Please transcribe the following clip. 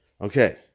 okay